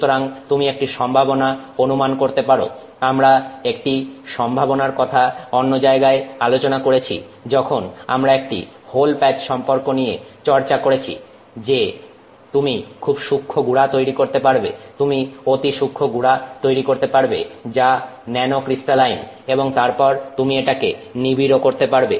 সুতরাং তুমি একটি সম্ভাবনা অনুমান করতে পারো আমরা এই সম্ভাবনার কথা অন্য জায়গায় আলোচনাও করেছি যখন আমরা একটি হোল প্যাচ সম্পর্ক নিয়ে চর্চা করেছি যে তুমি খুব সূক্ষ্ম গুড়া তৈরি করতে পারবে তুমি অতি সূক্ষ্ম গুড়া তৈরি করতে পারবে যা ন্যানোক্রিস্টালাইন এবং তারপর তুমি এটাকে নিবিড় করতে পারবে